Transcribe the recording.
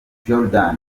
jordan